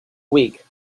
weak